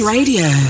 Radio